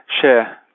share